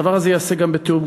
הדבר הזה ייעשה גם בתיאום,